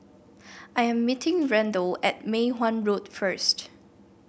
I am meeting Randal at Mei Hwan Road first